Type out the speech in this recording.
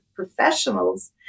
professionals